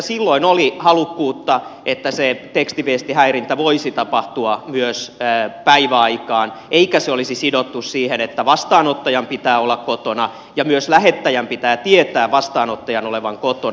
silloin oli halukkuutta että tekstiviestihäirintä voisi tapahtua myös päiväaikaan eikä se olisi sidottu siihen että vastaanottajan pitää olla kotona ja myös lähettäjän pitää tietää vastaanottajan olevan kotona